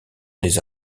les